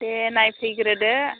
दे नायफैग्रोदो